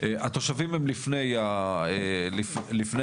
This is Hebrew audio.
התושבים הם לפני הצבאים,